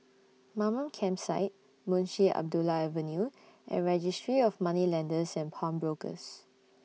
Mamam Campsite Munshi Abdullah Avenue and Registry of Moneylenders and Pawnbrokers